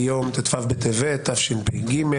היום ט"ו בטבת התשפ"ג.